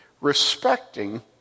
respecting